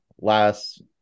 last